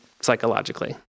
psychologically